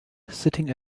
sitting